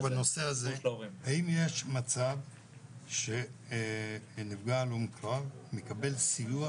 האם יש מצב שנפגע הלום קרב מקבל סיוע